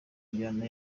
njyana